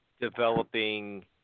developing